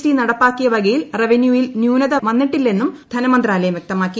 T നടപ്പാക്കിയ വകയിൽ റവന്യൂവിൽ ന്യൂനത വന്നിട്ടില്ലയെന്നും ധനമന്ത്രാലയം വൃക്തമാക്കി